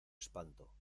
espanto